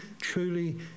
truly